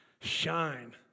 shine